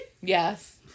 Yes